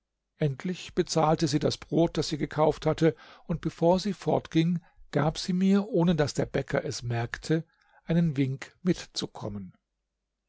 endlich bezahlte sie das brot das sie gekauft hatte und bevor sie fortging gab sie mir ohne daß der bäcker es merkte einen wink mitzukommen